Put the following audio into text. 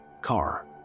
car